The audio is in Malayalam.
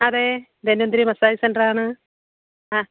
അതേ ധന്വന്തരി മസാജ് സെൻ്ററാണ് ആ